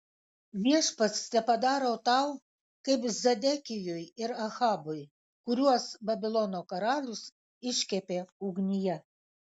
viešpats tepadaro tau kaip zedekijui ir ahabui kuriuos babilono karalius iškepė ugnyje